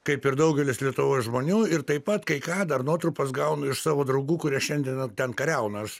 kaip ir daugelis lietuvos žmonių ir taip pat kai ką dar nuotrupas gaunu iš savo draugų kurie šiandieną ten kariauna aš